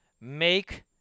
make